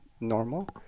normal